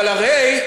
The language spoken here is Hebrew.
אבל הרי,